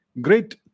Great